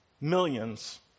millions